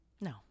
No